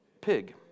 Pig